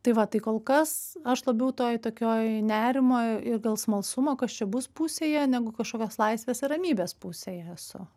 tai va tai kol kas aš labiau toj tokioj nerimo ir gal smalsumo kas čia bus pusėje negu kažkokios laisvės ir ramybės pusėje esu